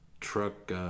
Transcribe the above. truck